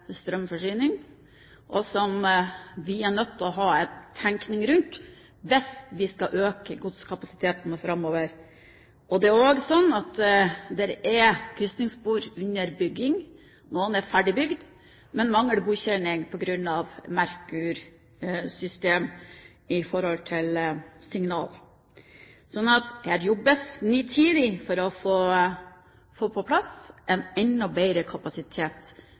strømforsyning, og som vi er nødt til å ha en tenkning rundt hvis vi skal øke godskapasiteten framover. Det er også sånn at det er krysningsspor under bygging – noen er ferdigbygde, men mangler godkjenning på grunn av signalsystemet Merkur. Så her jobbes det nitid for å få på plass en enda bedre kapasitet